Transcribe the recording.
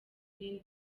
nine